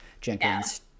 Jenkins